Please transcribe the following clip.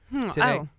today